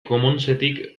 commonsetik